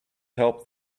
help